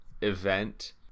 event